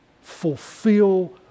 Fulfill